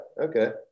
Okay